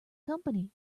company